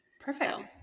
Perfect